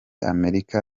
amerika